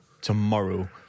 tomorrow